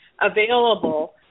available